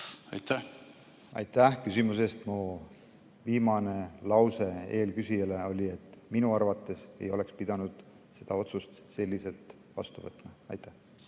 viltu? Aitäh küsimuse eest! Mu viimane lause eelküsijale oli, et minu arvates ei oleks pidanud seda otsust selliselt vastu võtma. Aitäh